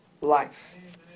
life